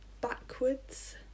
backwards